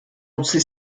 utzi